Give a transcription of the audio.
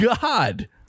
God